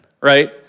right